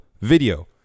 video